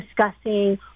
discussing